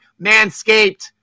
Manscaped